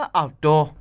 outdoor